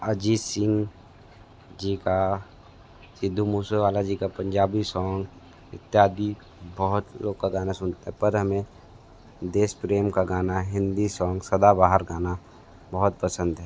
अजीत सिंग जी का सिद्धू मूसेवाला जी का पंजाबी सॉन्ग इत्यादि बहुत लोग का गाना सुनते हैं पर हमें देश प्रेम का गाना हिन्दी सॉन्ग सदाबहार गाना बहुत पसंद है